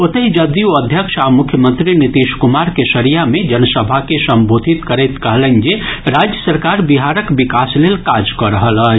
ओतहि जदयू अध्यक्ष आ मुख्यमंत्री नीतीश कुमार केसरिया मे जनसभा के संबोधित करैत कहलनि जे राज्य सरकार बिहारक विकास लेल काज कऽ रहल अछि